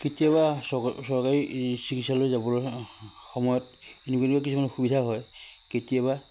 কেতিয়াবা চৰ চৰকাৰী চিকিৎসালয় যাবলৈ সময়ত এনেকুৱা এনেকুৱা কিছুমান অসুবিধা হয় কেতিয়াবা